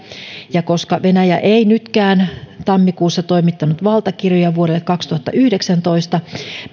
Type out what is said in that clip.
ja koska venäjä ei nytkään tammikuussa toimittanut valtakirjoja vuodelle kaksituhattayhdeksäntoista